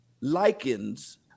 likens